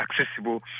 accessible